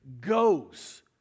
goes